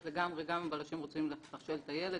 לגמרי גם אם בלשים רוצים לתשאל את הילד.